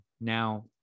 Now